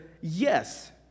yes